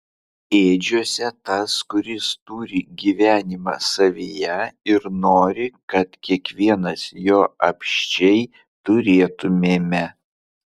ėdžiose tas kuris turi gyvenimą savyje ir nori kad kiekvienas jo apsčiai turėtumėme